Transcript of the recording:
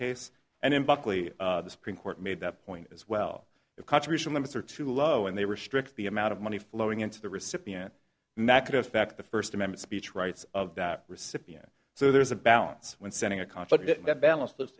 case and in buckley the supreme court made that point as well a contribution limits are too low and they restrict the amount of money flowing into the recipient mcadoo fact the first amendment speech rights of that recipient so there is a balance when setting a conflict that balance th